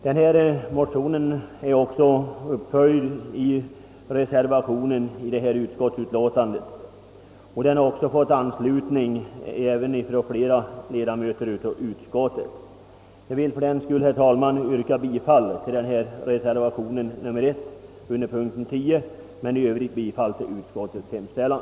Denna motion är också uppföljd av en reservation till detta utskottsutlåtande, och den har också fått anslutning från flera medlemmar i utskottet. Jag vill för den skull, herr talman, yrka bifall till reservation 1 under p. 10 men i Övrigt bifall till utskottets hemställan.